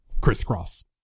crisscross